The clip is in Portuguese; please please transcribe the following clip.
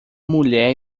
mulher